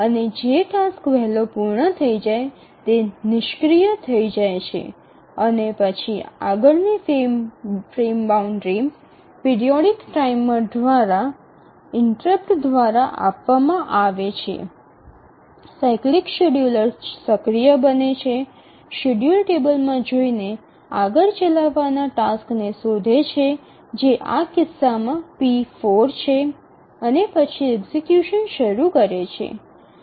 અને જે ટાસ્ક વહેલો પૂર્ણ થાય છે તે નિષ્ક્રિય થઈ જાય છે અને પછી આગળની ફ્રેમ બાઉન્ડ્રી પિરિયોડિક ટાઈમર દ્વારા ઇન્ટરપ્ટ દ્વારા આપવામાં આવે છે સાયક્લિક શેડ્યૂલર સક્રિય બને છે શેડ્યૂલ ટેબલમાં જોઈ ને આગળ ચલાવવાના ટાસ્કને શોધે છે જે આ કિસ્સામાં p4 છે અને પછી એક્ઝિકયુશન શરૂ કરે છે